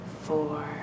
four